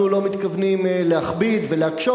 אנחנו לא מתכוונים להכביד ולהקשות.